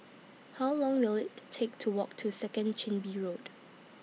How Long Will IT Take to Walk to Second Chin Bee Road